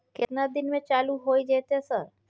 केतना दिन में चालू होय जेतै सर?